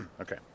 Okay